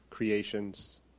creations